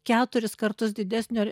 keturis kartus didesnio